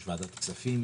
יש ועדת כספים,